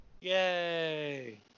yay